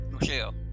Michelle